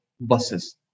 buses